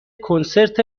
کنسرت